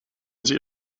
sie